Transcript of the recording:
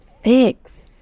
Fix